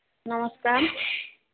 ନମସ୍କାର୍